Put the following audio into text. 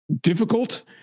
difficult